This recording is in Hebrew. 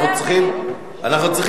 אנחנו צריכים תרגום.